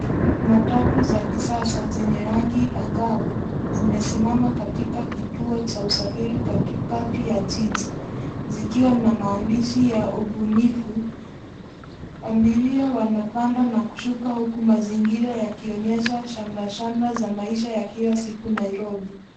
Matatu za kisasa zenye rangi angavu, zimesimama katika kituo cha usafiri katikati ya jiji, zikiwa na maandishi ya ubunifu. Abiria wanapanda na kushuka huku mazingira yakionyesha shamra shamra za maisha ya kila siku Nairobi.